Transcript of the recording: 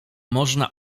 można